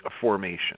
formation